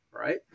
right